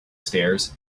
stairs